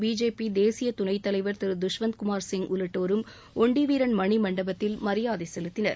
BJP தேசிய துணைத்தலைவர் திரு துஷ்வந்த் குமார் சிங் உள்ளிட்டோரும் ஒண்டிவீரன் மணிமண்டபத்தில் மரியாதை செலுத்தினர்